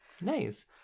nice